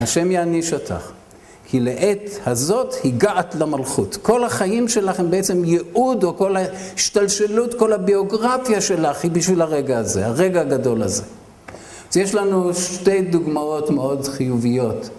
השם יעניש אותך, כי לעת הזאת הגעת למלכות. כל החיים שלך הם בעצם ייעוד או כל ההשתלשלות, כל הביוגרפיה שלך היא בשביל הרגע הזה, הרגע הגדול הזה. אז יש לנו שתי דוגמאות מאוד חיוביות.